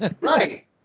right